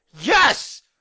Yes